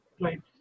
Right